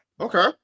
Okay